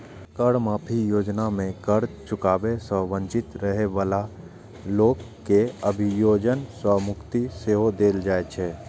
कर माफी योजना मे कर चुकाबै सं वंचित रहै बला लोक कें अभियोजन सं मुक्ति सेहो देल जाइ छै